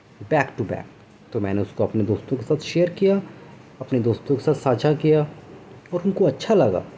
back to back تو میں نے اس کو اپنے دوستوں کے ساتھ شیئر کیا اپنے دوستوں کے ساتھ ساچا کیا اور ان کو اچھا لگا